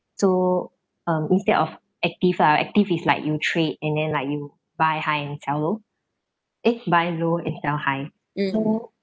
so um instead of active ah active is like you trade and then like you buy high and sell low it's buy low and sell high